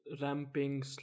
Ramping